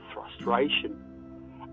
frustration